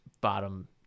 bottom